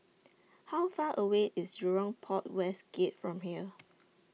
How Far away IS Jurong Port West Gate from here